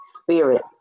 spirit